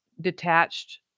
detached